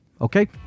Okay